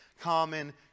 common